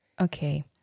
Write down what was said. Okay